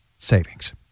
savings